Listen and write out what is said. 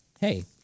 hey